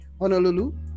Honolulu